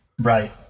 Right